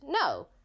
No